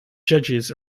judges